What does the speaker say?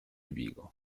vigo